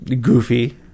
goofy